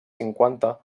cinquanta